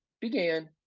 began